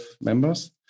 members